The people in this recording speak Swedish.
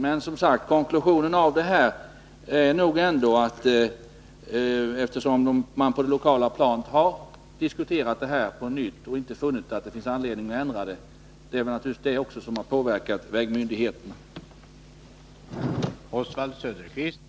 Men som sagt: Konklusionen blir nog att eftersom man på det lokala planet har diskuterat frågan på nytt och inte funnit anledning ändra beslutet, har detta naturligtvis påverkat vägmyndigheten.